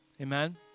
Amen